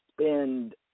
spend